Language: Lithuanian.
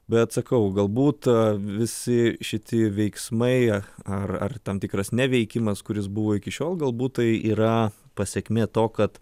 bet sakau galbūt visi šiti veiksmai ar ar tam tikras neveikimas kuris buvo iki šiol galbūt tai yra pasekmė to kad